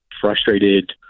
frustrated